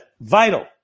Vital